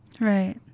Right